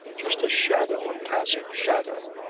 just a shadow a passing shadow!